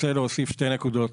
רוצה להוסיף שתי נקודות.